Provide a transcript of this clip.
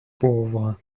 pauvre